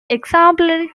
exemplary